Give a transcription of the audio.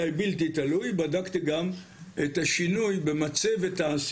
נתחיל את ישיבת הוועדה לבטחון הפנים,